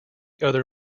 other